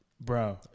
bro